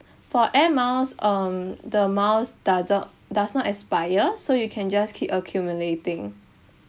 for air miles um the miles doeso~ does not expire so you can just keep accumulating